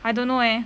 I don't know leh